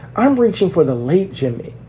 i'm reaching for the late jimmy,